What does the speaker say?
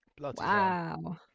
Wow